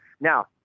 Now